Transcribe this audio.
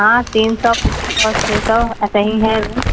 ہاں تین سو پانچ سو چھ سو ایسے ہی ہے روم